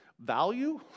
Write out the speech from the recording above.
value